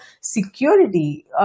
security